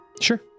Sure